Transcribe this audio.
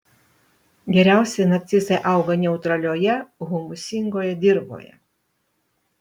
geriausiai narcizai auga neutralioje humusingoje dirvoje